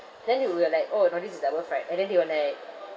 then we we were like orh you know this is double fried and then they were like